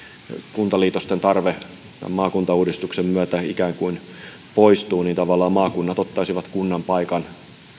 kuntaliitosten tarve maakuntauudistuksen myötä ikään kuin poistuu niin tavallaan maakunnat ottaisivat kuntien paikan